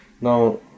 Now